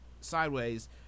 sideways